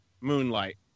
Moonlight